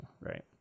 right